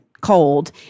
cold